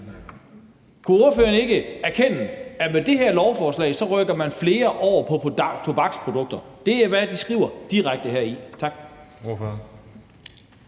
Kunne ordføreren ikke erkende, at man med det her lovforslag rykker flere over på tobaksprodukter? Det er, hvad de skriver direkte heri. Tak.